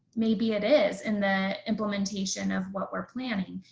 maybe it is in the implementation of what we're planning.